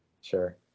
Sure